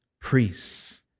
priests